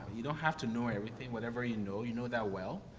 you don't have to know everything. whatever you know, you know that well.